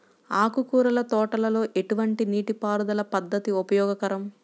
ఆకుకూరల తోటలలో ఎటువంటి నీటిపారుదల పద్దతి ఉపయోగకరం?